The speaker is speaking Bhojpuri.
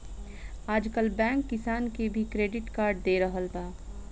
आजकल बैंक किसान के भी क्रेडिट कार्ड दे रहल बा